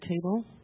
table